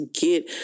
get